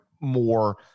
more